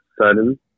sudden